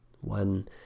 one